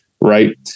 right